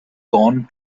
gone